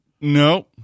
Nope